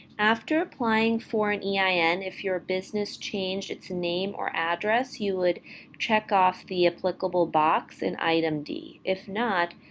after applying for an ein, yeah and if your business changed its name or address, you would check off the applicable box in item d. if not,